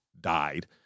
died